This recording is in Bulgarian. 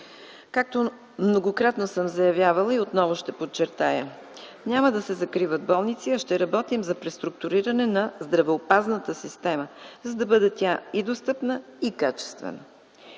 Както многократно съм заявявала и отново ще подчертая, няма да се закриват болници, а ще работим за преструктуриране на здравеопазната система, за да бъде тя и достъпна, и качествена.